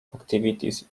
activities